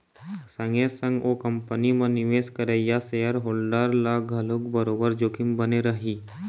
संगे संग ओ कंपनी म निवेश करइया सेयर होल्डर ल घलोक बरोबर जोखिम बने रही